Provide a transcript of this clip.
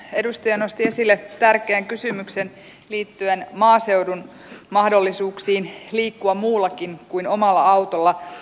edustaja nosti esille tärkeän kysymyksen liittyen maaseudulla asuvien mahdollisuuksiin liikkua muullakin kuin omalla autolla